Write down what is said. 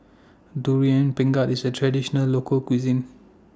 Durian Pengat IS A Traditional Local Cuisine